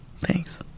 Thanks